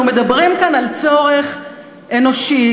אנחנו מדברים כאן על צורך אנושי,